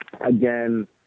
again